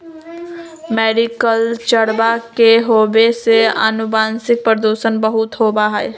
मैरीकल्चरवा के होवे से आनुवंशिक प्रदूषण बहुत होबा हई